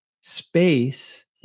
space